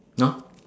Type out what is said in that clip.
!huh!